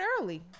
early